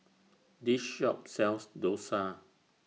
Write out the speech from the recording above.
This Shop sells Dosa